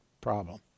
problem